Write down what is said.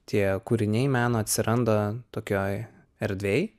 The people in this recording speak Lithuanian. tie kūriniai meno atsiranda tokioj erdvėj